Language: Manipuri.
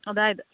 ꯑꯗꯥꯏꯗ